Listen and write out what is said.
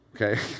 okay